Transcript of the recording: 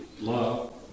love